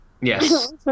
Yes